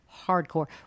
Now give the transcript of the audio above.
hardcore